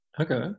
okay